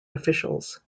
officials